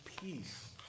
peace